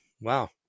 Wow